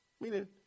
Meaning